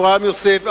הרב אברהם יוסף,